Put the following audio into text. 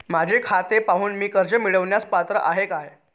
माझे खाते पाहून मी कर्ज मिळवण्यास पात्र आहे काय?